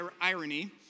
irony